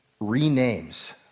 renames